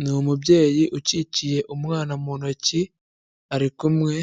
Ni umubyeyi ukikiye umwana mu ntoki, ari kumwe